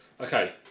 Okay